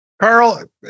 Carl